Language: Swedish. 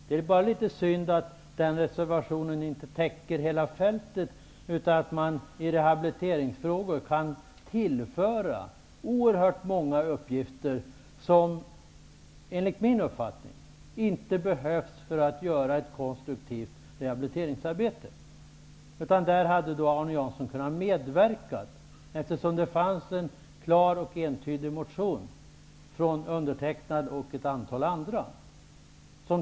Det är bara litet synd att den reservationen inte täcker in hela fältet. I rehabiliteringsfrågor kan ju oerhört många uppgifter tillföras, vilka enligt min uppfattning inte behövs för att det skall bli ett konstruktivt rehabiliteringsarbete. Arne Jansson hade kunnat medverka, eftersom en klar och entydig motion var framlagd av mig och ett antal andra personer.